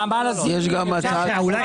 נעמה לזימי, קצר.